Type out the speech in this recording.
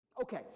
Okay